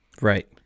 Right